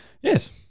Yes